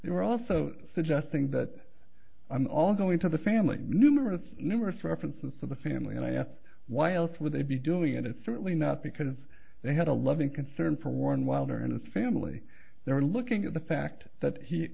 they were also suggesting that i'm all going to the family numerous numerous references to the family and i asked why else would they be doing it it's certainly not because they had a loving concern for one wilder and his family they're looking at the fact that he